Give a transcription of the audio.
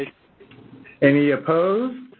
any opposed?